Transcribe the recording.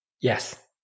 Yes